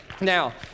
Now